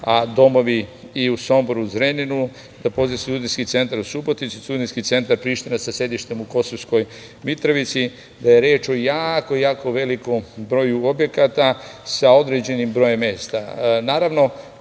a domovi i u Somboru i Zrenjaninu, studentski centar u Subotici, studentski centar Priština sa sedištem u Kosovskoj Mitrovici, da je reč o jako velikom broju objekata sa određenim brojem